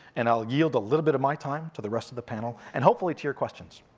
and i'll yield a little bit of my time to the rest of the panel, and hopefully to your questions.